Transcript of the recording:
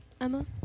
Emma